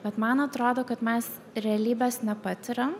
bet man atrodo kad mes realybės nepatiriam